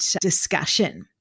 discussion